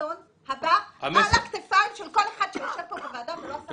האסון הבא על הכתפיים של כל אחד שיושב כאן בוועדה ולא עשה את המקסימום.